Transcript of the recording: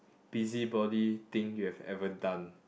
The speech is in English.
busybody thing you have ever done